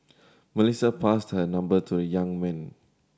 Melissa passed her number to a young man